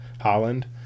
Holland